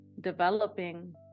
developing